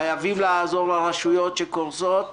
חייבים לעזור לרשויות שקורסות.